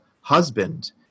husband